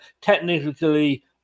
technically